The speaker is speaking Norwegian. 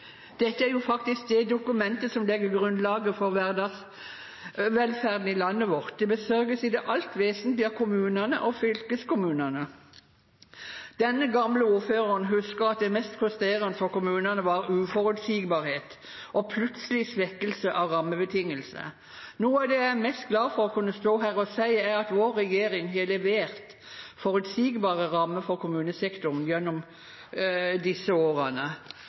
Dette er faktisk det dokumentet som legger grunnlaget for hverdagsvelferden i landet vårt. Det besøkes i det alt vesentlige av kommunene og fylkeskommunene. Denne gamle ordføreren husker at det mest frustrerende for kommunene var uforutsigbarhet og plutselig svekkelse av rammebetingelser. Noe av det jeg er mest glad for å kunne stå her og si, er at vår regjering har levert forutsigbare rammer for kommunesektoren gjennom disse årene.